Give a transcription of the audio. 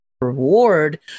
reward